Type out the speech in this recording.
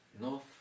North